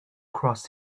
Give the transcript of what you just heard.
cross